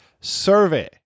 survey